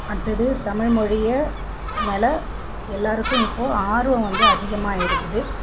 அடுத்தது தமிழ்மொழியை மேலே எல்லோருக்கும் இப்போ ஆர்வம் வந்து அதிகமாக இருக்குது